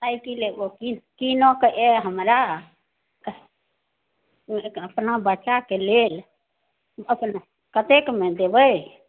cycle एगो किनऽ के यऽ हमरा अपना बच्चा के लेल कतेक मे देबै